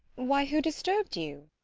why, who disturbed you?